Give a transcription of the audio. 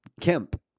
Kemp